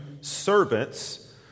servants